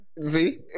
See